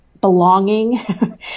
belonging